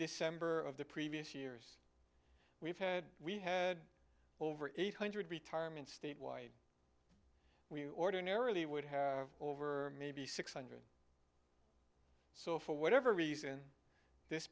december of the previous years we've had we had over eight hundred retirement statewide we ordinarily would have over maybe six hundred so for whatever reason this